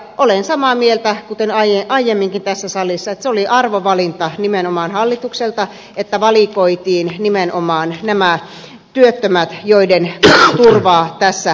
olen samaa mieltä kuten aiemminkin tässä salissa että se oli nimenomaan arvovalinta hallitukselta että valikoitiin nimenomaan nämä työttömät joiden turvaa tässä parannetaan